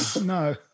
no